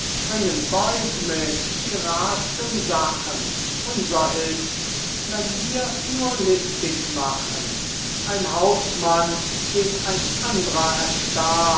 bringen beut mit die rarsten sachen unser ists wenn wirs nur listig machen ein hauptmann den ein andrer erstach